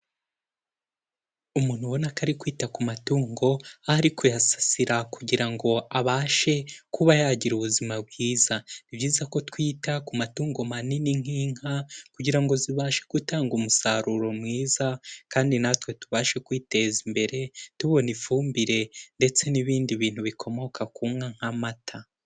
Umuntu ubona atari kwita ku matungo aho ari kuyasasira kugira ngo abashe kuba yagira ubuzima bwiza, ni byiza ko twita ku matungo manini nk'inka kugira ngo zibashe gutanga umusaruro mwiza kandi natwe tubashe kwiteza imbere tubona ifumbire ndetse n'ibindi bintu bikomoka ku nka nk'amata.